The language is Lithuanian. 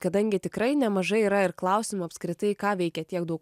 kadangi tikrai nemažai yra ir klausimų apskritai ką veikia tiek daug